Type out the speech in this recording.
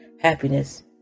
Happiness